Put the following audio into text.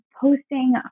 posting